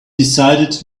decided